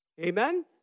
Amen